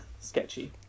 sketchy